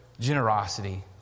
generosity